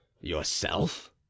Yourself